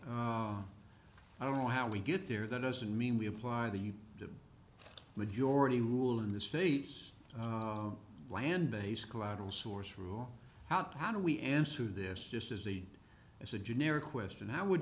i don't know how we get there that doesn't mean we apply the majority rule in the states land based collateral source rule out how do we answer this just as the as a generic question how would